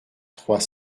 trois